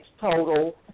total